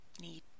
need